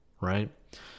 right